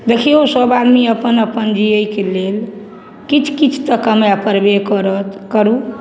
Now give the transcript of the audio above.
देखिऔ सभ आदमी अपन अपन जिएके लेल किछु किछु तऽ कमाइए पड़बे करत करू